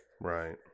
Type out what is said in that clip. right